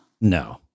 no